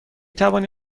توانی